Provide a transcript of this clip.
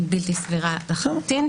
היא בלתי סבירה לחלוטין.